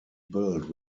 built